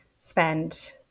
spend